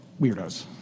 weirdos